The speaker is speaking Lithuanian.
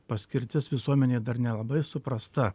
paskirtis visuomenėje dar nelabai suprasta